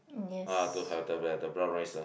uh to have to have the brown rice ah